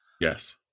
Yes